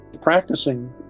practicing